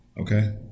Okay